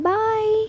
Bye